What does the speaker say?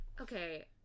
Okay